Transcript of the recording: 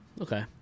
okay